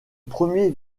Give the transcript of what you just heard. premier